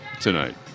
tonight